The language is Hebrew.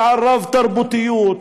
ועל רב-תרבותיות,